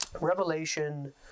Revelation